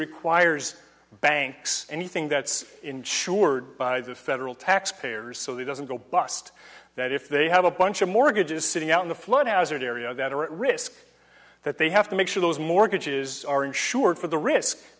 requires banks anything that's insured by the federal taxpayers so that doesn't go bust that if they have a bunch of mortgages sitting out in the flood hazard area that are at risk that they have to make sure those mortgages are insured for the risk